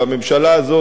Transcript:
והממשלה הזאת,